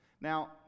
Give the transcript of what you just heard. Now